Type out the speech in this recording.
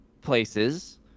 places